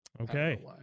Okay